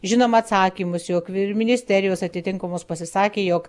žinom atsakymus jog ir ministerijos atitinkamos pasisakė jog